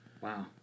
Wow